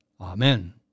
Amen